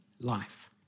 life